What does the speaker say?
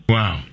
Wow